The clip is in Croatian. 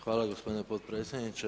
Hvala gospodine potpredsjedniče.